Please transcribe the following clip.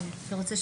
--- אתה יודע מה?